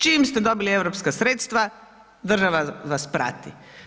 Čim ste dobili europska sredstava, država vas prati.